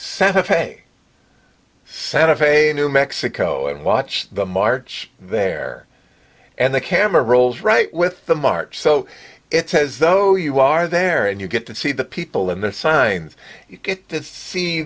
fe santa fe new mexico and watch the march there and the camera rolls right with the march so it's as though you are there and you get to see the people in the signs you get to see